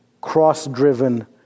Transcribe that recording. cross-driven